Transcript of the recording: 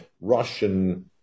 Russian